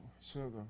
Sugar